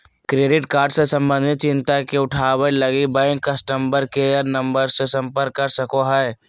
credit card से संबंधित चिंता के उठावैय लगी, बैंक कस्टमर केयर नम्बर से संपर्क कर सको हइ